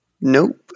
Nope